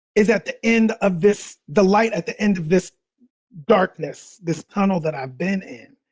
is at the end of this, the light at the end of this darkness, this tunnel that i've been in.